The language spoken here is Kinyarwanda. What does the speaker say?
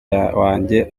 wanjye